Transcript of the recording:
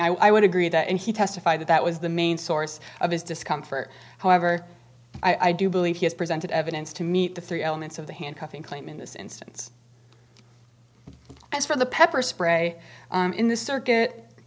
reacting i would agree that he testified that that was the main source of his discomfort however i do believe he has presented evidence to meet the three elements of the handcuffing claim in this instance as for the pepper spray in the circuit